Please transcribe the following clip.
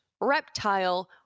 reptile